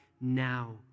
now